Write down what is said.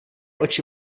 oči